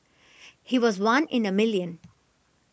he was one in a million